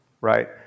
right